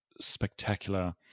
spectacular